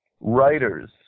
writers